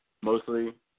mostly